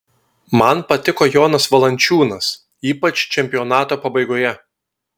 man patiko jonas valančiūnas ypač čempionato pabaigoje